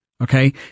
okay